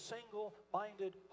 single-minded